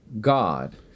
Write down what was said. God